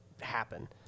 happen